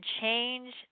change